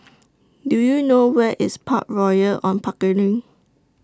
Do YOU know Where IS Park Royal on Pickering